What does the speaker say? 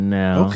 now